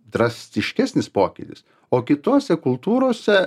drastiškesnis pokytis o kitose kultūrose